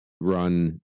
run